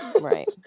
Right